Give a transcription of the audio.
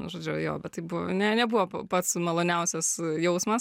nu žodžiu jo bet tai buvo ne nebuvo pats maloniausias jausmas